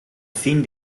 finn